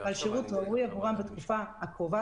על שירות ראוי עבורם בתקופה הקרובה,